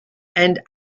and